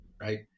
right